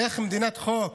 איך מדינת חוק,